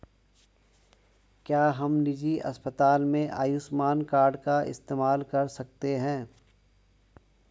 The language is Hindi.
क्या हम निजी अस्पताल में आयुष्मान कार्ड का इस्तेमाल कर सकते हैं?